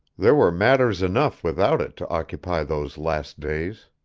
there were matters enough, without it, to occupy those last days.